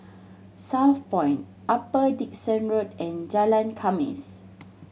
Southpoint Upper Dickson Road and Jalan Khamis